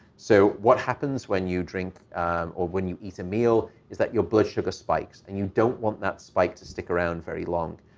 so what happens when you drink or when you eat a meal is that your blood sugar spikes. and you don't want that spike to stick around very long.